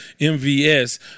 MVS